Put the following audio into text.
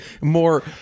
more